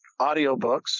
Audiobooks